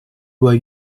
were